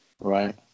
Right